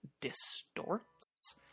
distorts